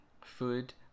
Food